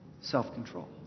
Self-control